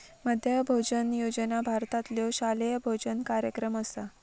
मध्यान्ह भोजन योजना भारतातलो शालेय भोजन कार्यक्रम असा